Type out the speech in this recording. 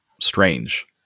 strange